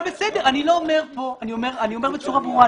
אני אומר בצורה ברורה.